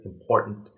important